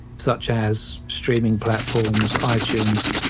such as streaming platforms, ah itunes,